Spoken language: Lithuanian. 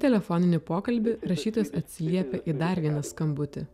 telefoninį pokalbį rašytojas atsiliepia į dar vieną skambutį